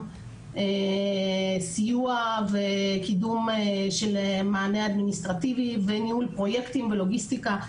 סיוע וקידום של מענה אדמיניסטרטיבי וניהול פרויקטים ולוגיסטיקה,